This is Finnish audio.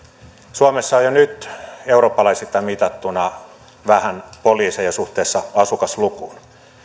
suomessa on jo nyt eurooppalaisittain mitattuna vähän poliiseja suhteessa asukaslukuun